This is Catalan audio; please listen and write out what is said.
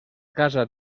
casa